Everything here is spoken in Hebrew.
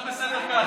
כולל לוח התיקונים.